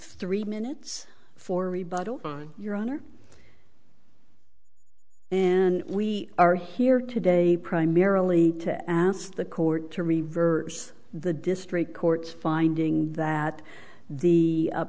three minutes for rebuttal time your honor and we are here today primarily to ask the court to reverse the district court's finding that the